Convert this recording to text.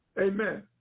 Amen